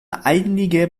einige